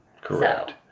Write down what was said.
Correct